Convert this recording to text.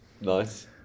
Nice